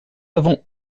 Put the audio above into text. avons